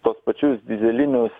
tuos pačius dyzelinius